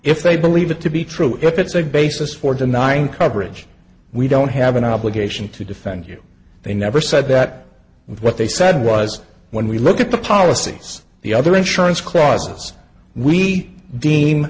if they believe it to be true if it's a basis for denying coverage we don't have an obligation to defend you they never said that and what they said was when we look at the policies the other insurance clauses we